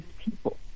people